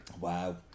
Wow